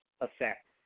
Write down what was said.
effect